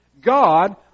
God